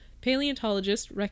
paleontologists